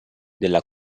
della